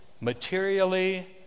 materially